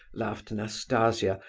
laughed nastasia.